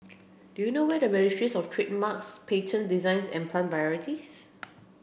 do you know where the Registries of Trademarks Patents Designs and Plant Varieties